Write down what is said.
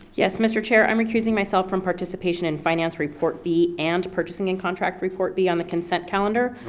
yes mr. chair, i'm recusing myself from participation in finance report b and purchasing and contract report b on the consent calendar.